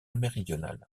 méridional